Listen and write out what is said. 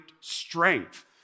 strength